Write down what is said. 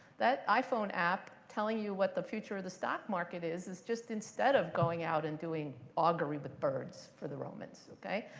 that iphone app telling you what the future of the stock market is is, just instead of going out and doing augury with birds for the romans. ok?